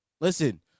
listen